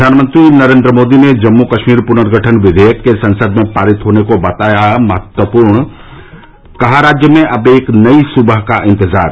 प्रधानमंत्री नरेन्द्र मोदी ने जम्मू कश्मीर पुनर्गठन विधेयक के संसद में पारित होने को बताया महत्वपूर्ण कहा राज्य में अब एक नयी सुबह का इंतजार